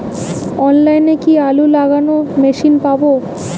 অনলাইনে কি আলু লাগানো মেশিন পাব?